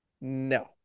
No